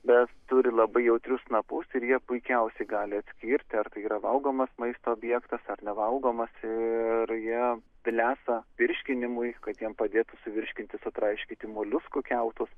bet turi labai jautrius snapus ir jie puikiausiai gali atskirti ar tai yra valgomas maisto objektas ar nevalgomas ir jie lesa virškinimui kad jiem padėtų suvirškinti sutraiškyti moliuskų kiautus